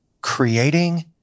creating